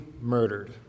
murdered